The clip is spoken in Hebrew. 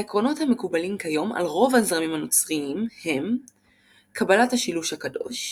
העקרונות המקובלים כיום על רוב הזרמים הנוצריים הם קבלת השילוש הקדוש.